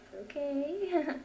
Okay